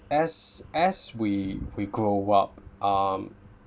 as as we we grow up um